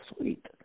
sweet